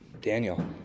Daniel